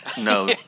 No